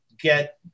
get